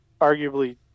arguably